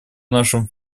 нашем